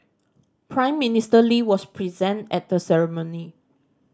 Prime Minister Lee was present at the ceremony